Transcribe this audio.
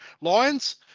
Lions